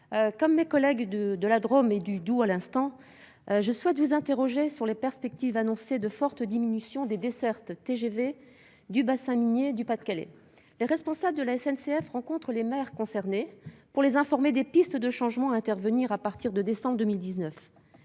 comme mes collègues de la Drôme et du Doubs à l'instant, je souhaite vous interroger sur les perspectives annoncées de fortes diminutions des dessertes TGV du bassin minier du Pas-de-Calais. Les responsables de la SNCF rencontrent les maires concernés pour les informer des possibilités de changements à compter de décembre 2019.